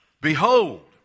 Behold